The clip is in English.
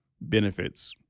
benefits